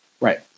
Right